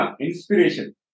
inspiration